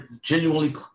genuinely